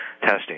testing